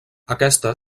aquesta